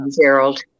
Gerald